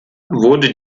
wurde